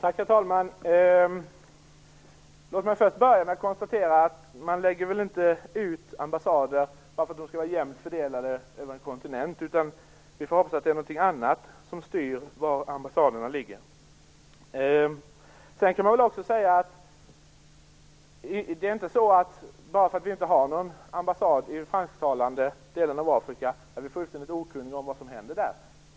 Herr talman! Låt mig börja med att konstatera att man inte lägger ut ambassader bara för att de skall vara jämnt fördelade över en kontinent. Vi får hoppas att det är någonting annat som styr var ambassaderna ligger. Sedan kan man väl också säga att bara för att vi inte har någon ambassad i den fransktalande delen av Afrika är vi inte fullständigt okunniga som vad som händer där.